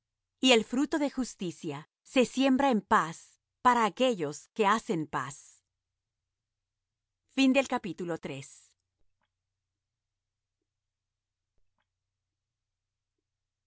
y el fruto de justicia se siembra en paz para aquellos que hacen paz